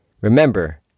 Remember